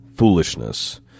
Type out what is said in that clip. Foolishness